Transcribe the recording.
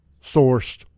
sourced